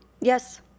Yes